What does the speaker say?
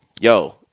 yo